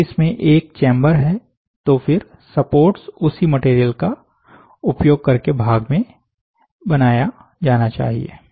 अगर इसमें एक चेंबर है तो फिर सपोर्ट्स उसी मटेरियल का उपयोग करके भाग में बनाया जाना चाहिए